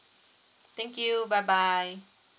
thank you bye bye